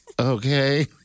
okay